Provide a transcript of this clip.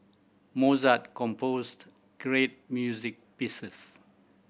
Mozart composed great music pieces